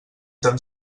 tan